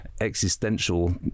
existential